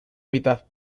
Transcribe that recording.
mitad